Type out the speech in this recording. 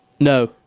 No